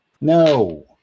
No